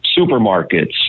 supermarkets